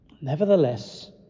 Nevertheless